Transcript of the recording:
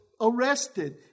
arrested